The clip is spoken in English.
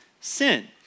sin